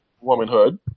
womanhood